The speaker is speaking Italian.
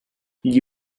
gli